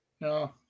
No